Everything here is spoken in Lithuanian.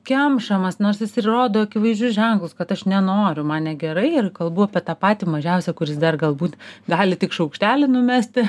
kemšamas nors jis ir rodo akivaizdžius ženklus kad aš nenoriu man negerai ir kalbu apie tą patį mažiausią kuris dar galbūt gali tik šaukštelį numesti